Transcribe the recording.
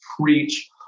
preach